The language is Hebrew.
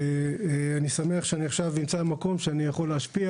אני שמח שאני נמצא במקום שבו אני יכול להשפיע